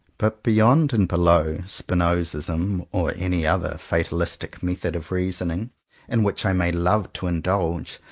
but beyond and below spinozism, or any other fatalistic method of reasoning in which i may love to indulge,